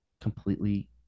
completely